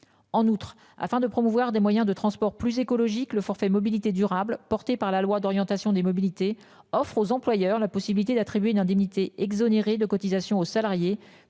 En outre, afin de promouvoir des moyens de transport plus écologiques. Le forfait mobilité durable, porté par la loi d'orientation des mobilités offre aux employeurs la possibilité d'attribuer une indemnité exonérée de cotisations aux salariés